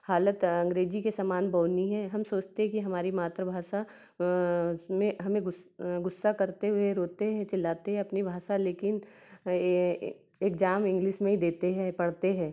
हालत अंग्रेजी के सामने बौनी है हम सोचते हैं कि हमारी मातृभाषा में हमें गुस्सा करते हुए रोते हैं चिल्लाते हैं अपनी भाषा लेकिन एग्जाम इंग्लिश में ही देते हैं पढ़ते हैं